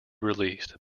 released